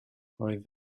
oedd